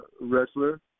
wrestler